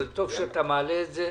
טוב שאתה מעלה את זה,